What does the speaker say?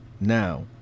now